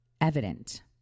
evident